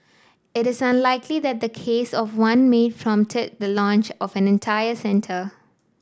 it is unlikely that the case of one maid prompted the launch of an entire centre